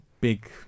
big